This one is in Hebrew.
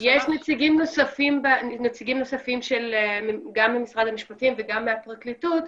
נציגים נוספים של גם משרד המשפטים וגם הפרקליטות,